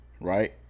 right